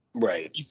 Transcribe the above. Right